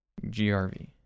GRV